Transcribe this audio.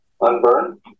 unburned